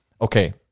okay